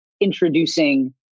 introducing